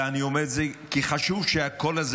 אלא אני אומר את זה כי חשוב שהקול הזה